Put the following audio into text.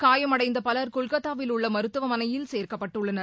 காயமடைந்த பலர் கொல்கத்தாவில் உள்ள மருத்துவமனையில் சேர்க்கப்பட்டுள்ளனர்